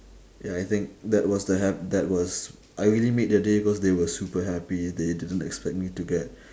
ya I think that was the ha~ that was I really made their day because they were super happy they didn't expect me to get